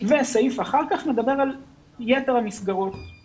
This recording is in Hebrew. סעיף אחר כך מדבר על יתר המסגרות בגילי לידה עד שלוש.